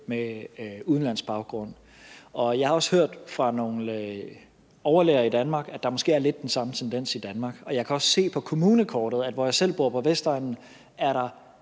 med udenlandsk baggrund, og jeg har også hørt fra nogle overlæger i Danmark, at der måske er lidt den samme tendens i Danmark. Og jeg kan også se på kommunekortet, at der, hvor jeg selv bor, på Vestegnen, er der